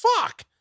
fuck